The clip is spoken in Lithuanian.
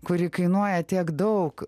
kuri kainuoja tiek daug